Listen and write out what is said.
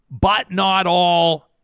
but-not-all